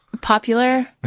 Popular